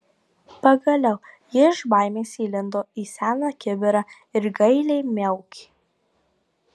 pagaliau ji iš baimės įlindo į seną kibirą ir gailiai miaukė